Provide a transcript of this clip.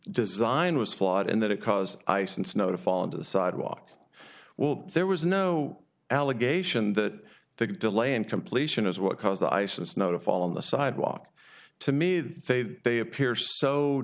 design was flawed in that it caused ice and snow to fall into the sidewalk well there was no allegation that the delay in completion is what caused the ice and snow to fall on the sidewalk to me that they they appear so